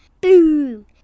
Boom